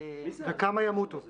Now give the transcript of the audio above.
וכמה ימותו.